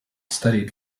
studied